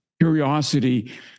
curiosity